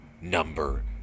Number